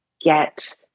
get